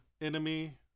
enemy